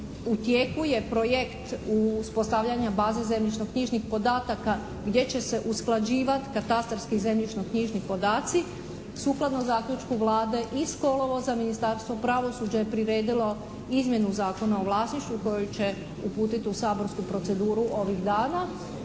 u tijeku je projekt uspostavljanja baze zemljišno-knjižnih podataka gdje će se usklađivati katastarski i zemljišno-knjižni podaci. Sukladno zaključku Vlade iz kolovoza Ministarstvo pravosuđa je priredilo izmjenu Zakona o vlasništvu koju će uputiti u saborsku proceduru ovih dana